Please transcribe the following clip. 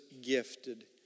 gifted